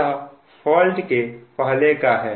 यह फॉल्ट के पहले का है